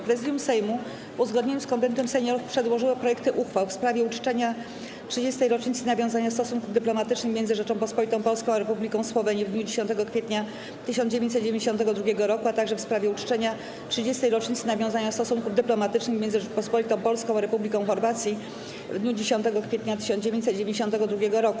Prezydium Sejmu, w uzgodnieniu z Konwentem Seniorów, przedłożyło projekty uchwał: - w sprawie uczczenia 30. rocznicy nawiązania stosunków dyplomatycznych między Rzecząpospolitą Polską a Republiką Słowenii w dniu 10 kwietnia 1992 r., - w sprawie uczczenia 30. rocznicy nawiązania stosunków dyplomatycznych między Rzecząpospolitą Polską a Republiką Chorwacji w dniu 10 kwietnia 1992 r.